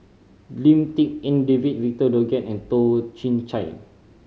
Lim Tik En David Victor Doggett and Toh Chin Chye